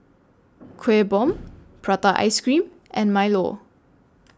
Kueh Bom Prata Ice Cream and Milo